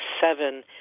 seven